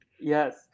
Yes